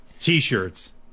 t-shirts